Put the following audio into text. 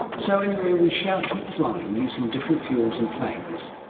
so anyway, we shall keep flying using different fuels and planes.